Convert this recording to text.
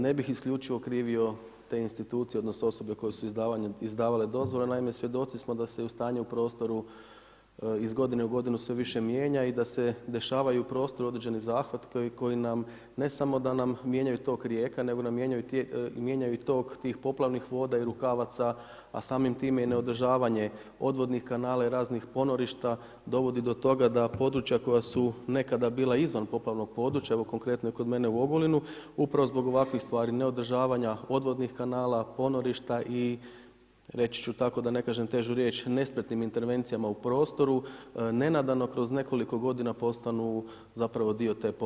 Ne bih isključivo krivio te institucije odnosno osobe koje su izdavale dozvole, naime svjedoci smo da se i stanje u prostoru iz godine u godinu sve više mijenja i da se dešavaju u prostoru određeni zahvati koji nam, ne samo da nam mijenjaju tok rijeka, nego nam mijenjaju i tok tih poplavnih voda i rukavaca a samim time i neodržavanje odvodnih kanala i raznih ponorišta dovodi do toga da područja koja su nekada bila izvan poplavnog područja, evo konkretno i kod mene u Ogulinu, upravo zbog ovakvih stvari, neodržavanja odvodnih kanala, ponorišta i reći ću tako da ne kažem težu riječ nespretnim intervencijama u prostoru, nenadano kroz nekoliko godina postanu zapravo dio te poplavne zone.